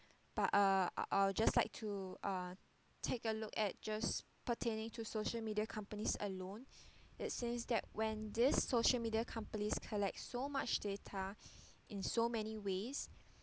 but uh I'll I'll just like to uh take a look at just pertaining to social media companies alone it says that when these social media companies collect so much data in so many ways